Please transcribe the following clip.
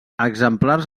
exemplars